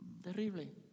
Terrible